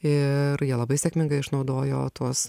ir jie labai sėkmingai išnaudojo tuos